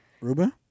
Ruben